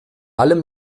allem